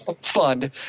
fund